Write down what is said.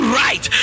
right